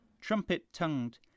trumpet-tongued